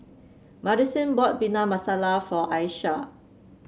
Madisyn bought Bhindi Masala for Ayesha